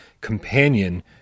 companion